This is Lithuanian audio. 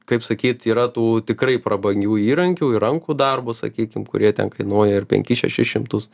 kaip sakyt yra tų tikrai prabangių įrankių ir rankų darbo sakykim kurie ten kainuoja ir penkis šešis šimtus